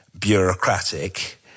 bureaucratic